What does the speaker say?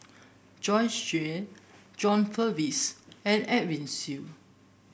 Joyce Jue John Purvis and Edwin Siew